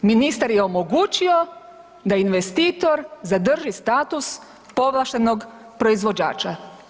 Ministar je omogućio da investitor zadrži status povlaštenog proizvođača.